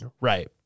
Right